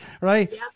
right